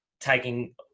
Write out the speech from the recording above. taking